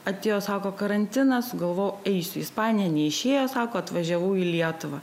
atėjo sako karantinas sugalvojau eisiu į ispaniją neišėjo sako atvažiavau į lietuvą